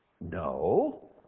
No